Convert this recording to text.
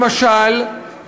למשל,